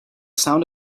sound